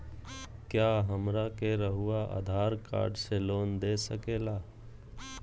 क्या हमरा के रहुआ आधार कार्ड से लोन दे सकेला?